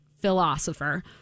philosopher